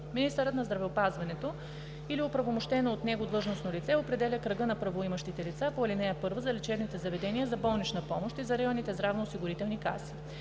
Министърът на здравеопазването или оправомощено от него длъжностно лице определя кръга на правоимащите лица по ал. 1 за лечебните заведения за болнична помощ и за районните здравноосигурителни каси.